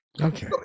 Okay